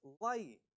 light